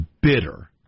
bitter